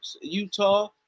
Utah